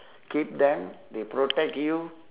keep them they protect you